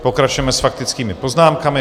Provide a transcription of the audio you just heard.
Pokračujeme s faktickými poznámkami.